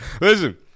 Listen